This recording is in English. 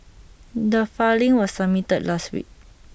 the filing was submitted last week